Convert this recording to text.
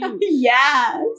Yes